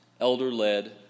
elder-led